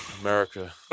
America